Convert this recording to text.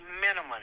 minimum